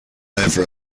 over